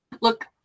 Look